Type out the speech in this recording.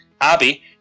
Abby